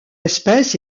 espèce